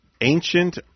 ancient